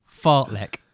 fartlek